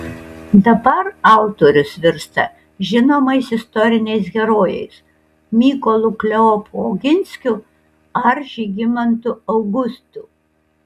dabar autorius virsta žinomais istoriniais herojais mykolu kleopu oginskiu ar žygimantu augustu